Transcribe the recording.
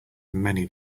many